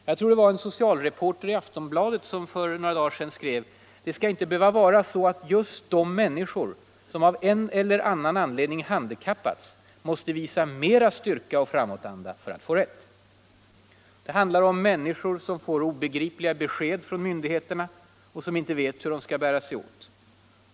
Jag tror det var en socialreporter i Aftonbladet som för några dagar sedan skrev att det inte skall behöva vara så att just människor som av en eller annan anledning handikappats måste visa mera styrka och framåtanda för att få rätt. Det handlar om människor som får obegripliga besked från myndigheterna och som inte vet hur de skall bära sig åt.